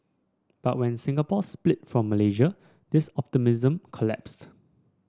but when Singapore split from Malaysia this optimism collapsed